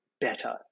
better